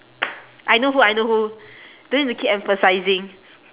I know who I know who don't need to keep emphasising